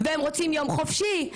והם רוצים יום חופשי,